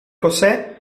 josé